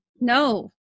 no